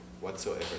whatsoever